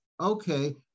Okay